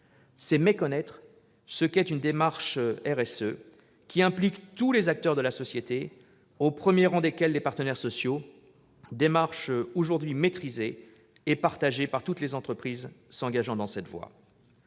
C'est méconnaître ce qu'est une démarche RSE, qui implique tous les acteurs de la société, au premier rang desquels les partenaires sociaux, démarche aujourd'hui maîtrisée et partagée par toutes les entreprises s'engageant dans cette voie.